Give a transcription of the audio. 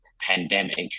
pandemic